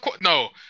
No